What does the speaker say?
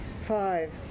Five